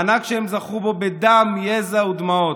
מענק שהם זכו בו בדם, יזע ודמעות.